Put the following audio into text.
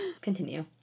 Continue